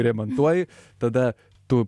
remontuoji tada tu